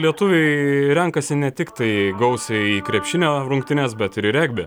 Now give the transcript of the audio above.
lietuviai renkasi ne tiktai gausiai į krepšinio rungtynes bet ir į regbį